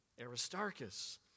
Aristarchus